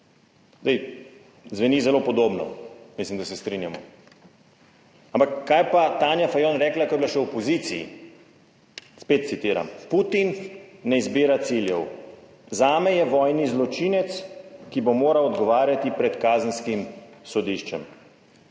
Zdaj, zveni zelo podobno, mislim, da se strinjamo. Ampak kaj pa Tanja Fajon rekla, ko je bila še v opoziciji? Spet citiram: »Putin ne izbira ciljev. Zame je vojni zločinec, ki bo moral odgovarjati pred kazenskim sodiščem«.